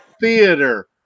theater